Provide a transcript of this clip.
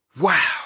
wow